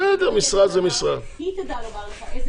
היא תדע לומר לך איזה